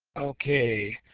okay,